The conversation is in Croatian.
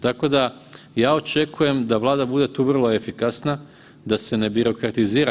Tako da ja očekujem da Vlada bude tu vrlo efikasna, da se ne birokratizira.